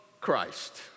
Christ